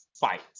fight